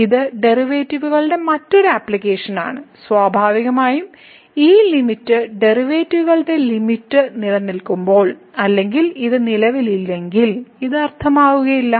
ഇത് ഡെറിവേറ്റീവുകളുടെ മറ്റൊരു ആപ്ലിക്കേഷനാണ് സ്വാഭാവികമായും ഈ ലിമിറ്റ് ഡെറിവേറ്റീവുകളുടെ ലിമിറ്റ് നിലനിൽക്കുമ്പോൾ അല്ലെങ്കിൽ ഇത് നിലവിലില്ലെങ്കിൽ ഇത് അർത്ഥമാക്കുന്നില്ല